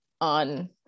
on